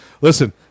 listen